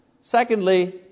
Secondly